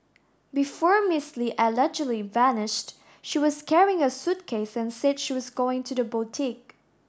before Miss Li allegedly vanished she was carrying a suitcase and said she was going to the boutique